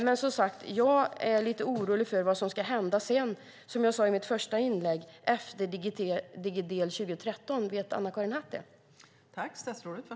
Men jag är, som sagt, lite orolig för vad som händer sedan, efter - som jag sade i mitt första inlägg - Digidel 2013. Vet Anna-Karin Hatt det?